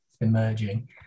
emerging